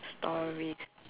stories